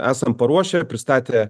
esam paruošęir pristatę